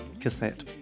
cassette